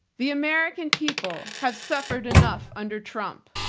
the american people have suffered enough under trump.